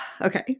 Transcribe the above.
Okay